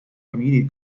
community